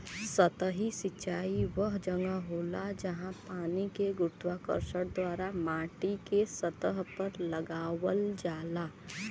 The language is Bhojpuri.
सतही सिंचाई वह जगह होला, जहाँ पानी के गुरुत्वाकर्षण द्वारा माटीके सतह पर लगावल जाला